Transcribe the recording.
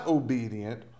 obedient